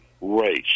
race